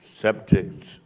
subjects